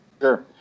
Sure